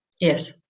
Yes